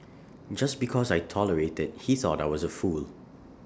just because I tolerated he thought I was A fool